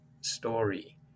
story